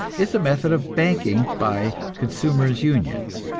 is the method of banking by consumers' unions.